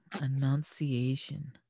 Annunciation